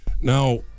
Now